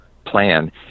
plan